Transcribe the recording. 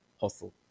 Hustle